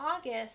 August